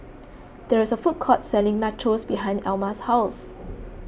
there is a food court selling Nachos behind Elma's house